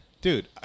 dude